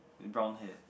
with brown hair